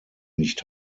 nicht